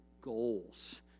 goals